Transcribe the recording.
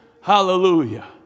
hallelujah